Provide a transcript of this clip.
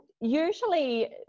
usually